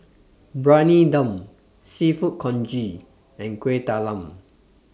Briyani Dum Seafood Congee and Kueh Talam